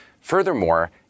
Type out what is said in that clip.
Furthermore